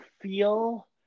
feel